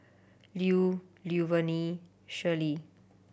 Lu Luverne Shirlie